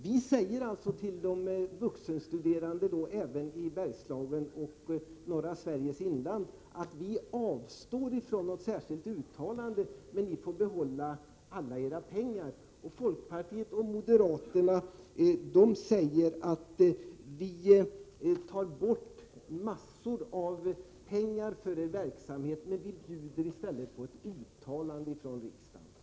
Vi säger till de vuxenstuderande i Bergslagen och norra Sveriges inland att vi avstår från något särskilt uttalande, men att ni får behålla alla era pengar. Folkpartiet och moderaterna säger: Vi vill ta bort stora pengar från er verksamhet, men vi bjuder i stället på ett uttalande från riksdagen.